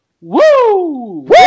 Woo